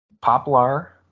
Poplar